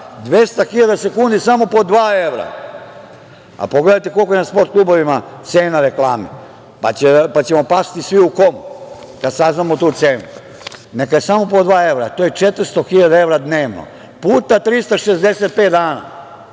200.000 sekundi samo po dva evra, a pogledajte kolika je na „sport klubovima“ cena reklame, pa ćemo pasti svi u komu kada saznamo tu cenu. Neka je samo po dva evra, to je 400.000 dnevno, puta 365 dana,